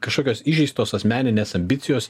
kažkokios įžeistos asmeninės ambicijos